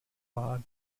bob